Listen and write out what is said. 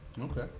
Okay